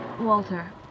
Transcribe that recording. Walter